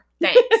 thanks